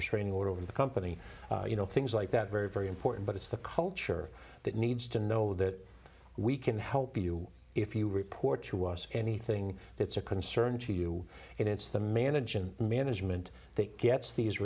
restraining order over the company you know things like that very very important but it's the culture that needs to know that we can help you if you report to us anything they it's a concern to you and it's the management management that gets these